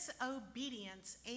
disobedience